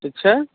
ठीक छै